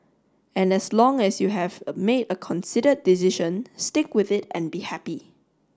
and as long as you have a made a considered decision stick with it and be happy